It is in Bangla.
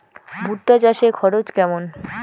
ভুট্টা চাষে খরচ কেমন?